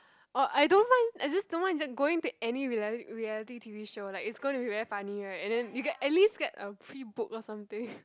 oh I don't mind I just don't mind just going to any rea~ reality t_v show like it's gonna be very funny right and then you can at least get a free book or something